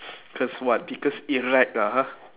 cause what because erect ah !huh!